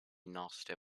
nasty